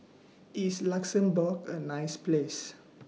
IS Luxembourg A nice Place